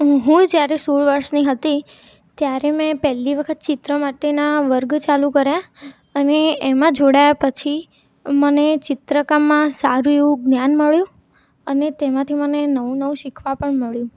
હું જ્યારે સોળ વર્ષની હતી ત્યારે મેં પહેલી વખત ચિત્ર માટેના વર્ગ ચાલુ કર્યા અને એમાં જોડાયા પછી મને ચિત્રકામમાં સારુ એવું જ્ઞાન મળ્યું અને તેમાંથી મને નવું નવું શીખવા પણ મળ્યું